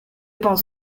pense